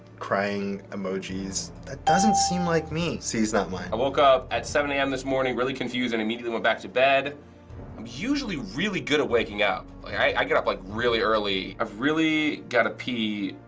crying emojis. that doesn't seem like me. c is not mine. i woke up at seven am this morning really confused and immediately went back to bed. i'm usually really good at waking up. i get up like really early. i've really gotta pee,